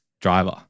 driver